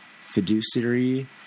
fiduciary